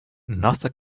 nossa